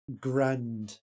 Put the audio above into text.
grand